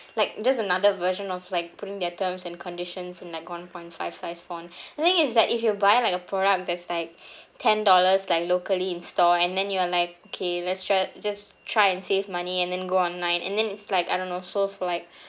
like just another version of like putting their terms and conditions in like one point five size font the thing is that if you buy like a product that's like ten dollars like locally in store and then you're like okay let's try just try and save money and then go online and then it's like I don't know so for like